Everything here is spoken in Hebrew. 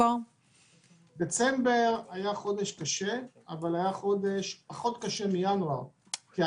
דצמבר היה קשה אבל פחות קשה מינואר.